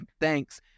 thanks